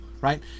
right